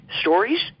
stories